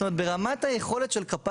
זאת אומרת ברמת היכולת של capacity,